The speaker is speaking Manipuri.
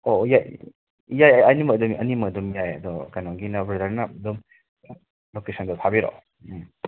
ꯑꯣ ꯌꯥꯏꯌꯦ ꯑꯅꯤꯃꯛ ꯑꯣꯏꯗꯣꯏꯅꯦ ꯑꯅꯤꯃꯛ ꯑꯗꯨꯝ ꯌꯥꯏ ꯑꯗꯣ ꯀꯩꯅꯣꯒꯤ ꯕ꯭ꯔꯗꯔꯅ ꯑꯗꯨꯝ ꯄꯩꯁꯥꯗꯣ ꯊꯥꯕꯤꯔꯛꯑꯣ